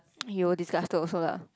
you were disgusted also lah